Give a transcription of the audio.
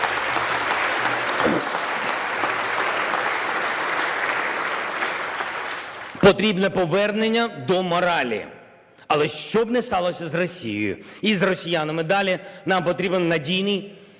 Потрібне повернення до моралі. Але що б не сталося з Росією і з росіянами далі, нам потрібен надійний